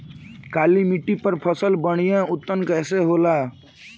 काली मिट्टी पर फसल बढ़िया उन्नत कैसे होला?